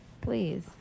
Please